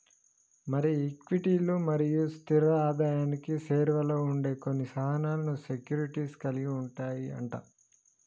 మరి ఈక్విటీలు మరియు స్థిర ఆదాయానికి సేరువలో ఉండే కొన్ని సాధనాలను సెక్యూరిటీస్ కలిగి ఉంటాయి అంట